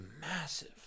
massive